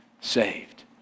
saved